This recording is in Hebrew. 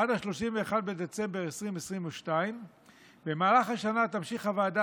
עד ל-31 בדצמבר 2022. במהלך השנה תמשיך הוועדה